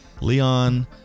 Leon